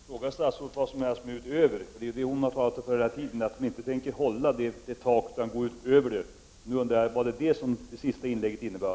Herr talman! Jag vill fråga statsrådet vad hon menar med ”utöver”. Hon har hela tiden talat om att regeringen inte kommer att hålla sig innanför detta besluts tak utan kommer att gå utöver det. Nu undrar jag om det var detta som statsrådets senaste inlägg innebar.